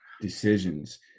decisions